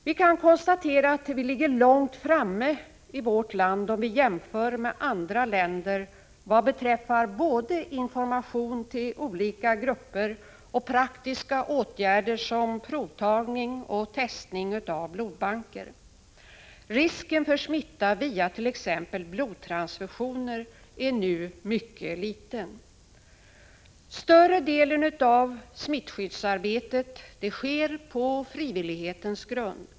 Vi kan konstatera att vi i vårt land ligger långt framme, om vi jämför med andra länder, vad beträffar både information till olika grupper och praktiska åtgärder som provtagning och testning av blodbanker. Risken för smitta via t.ex. blodtransfusioner är nu mycket liten. Större delen av smittskyddsarbetet baseras på frivillighet.